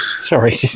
Sorry